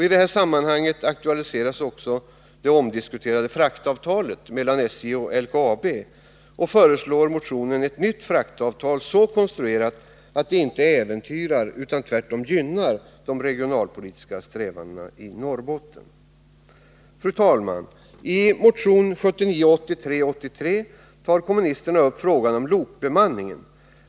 I dessa sammanhang aktualiseras också det omdiskuterade fraktavtalet mellan SJ och LKAB, och motionen föreslår ett nytt fraktavtal som är så konstruerat att det inte äventyrar utan tvärtom gynnar de regionalpolitiska strävandena i Norrbotten. Fru talman! I motion 1979/80:383 tar kommunisterna upp frågan om lokbemanningen.